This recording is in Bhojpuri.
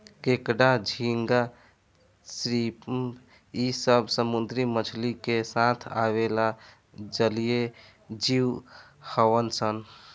केकड़ा, झींगा, श्रिम्प इ सब समुंद्री मछली के साथ आवेला जलीय जिव हउन सन